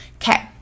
okay